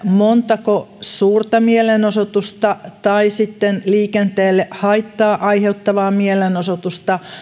montako suurta mielenosoitusta tai sitten liikenteelle haittaa aiheuttavaa mielenosoitusta